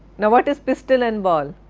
now what is pistol and ball?